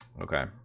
Okay